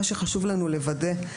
מה שחשוב לנו לוודא,